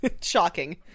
Shocking